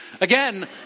Again